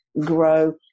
grow